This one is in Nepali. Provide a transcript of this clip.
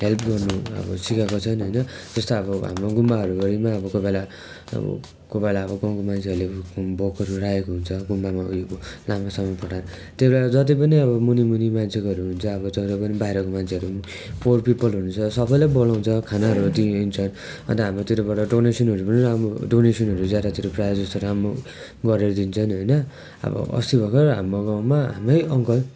हेल्प गर्नु अब सिकाएको छन् होइन जस्तै अब हाम्रो गुम्बाहरूभरिमा अब कोहीबेला अब कोही बेला अब गाउँको मान्छेहरूले भोगहरू राखेको हुन्छ गुम्बामा लामासामा पढाएर त्यो एउटा जति पनि अब मुनि मुनि मान्छेकोहरू हुन्छ अब तर पनि बाहिरको मान्छेहरू पनि पुवर पिपलहरू छ सबैलाई बोलाउँछ खाना रोटी दिन्छ अन्त हाम्रोतिरबाट डोनेसनहरू पनि राम्रो डोनेसनहरू ज्यादातिर प्रायः जस्तो राम्रो गरेर दिन्छन् होइन अब अस्ति भर्खर हाम्रो गाउँमा हाम्रै अङ्कल